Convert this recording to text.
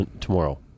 tomorrow